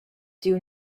due